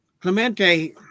Clemente